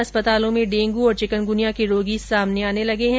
अस्पतालों में डेंगू और चिकनगुनिया के रोगी सामने आने लगे है